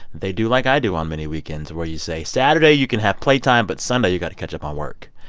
they do like i do on many weekends where you say, saturday, you can have play time. but sunday, you got to catch up on um work.